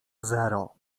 zero